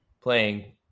playing